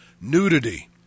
nudity